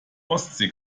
ostsee